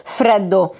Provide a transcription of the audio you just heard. freddo